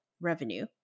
revenue